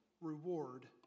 reward